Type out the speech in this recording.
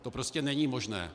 To prostě není možné.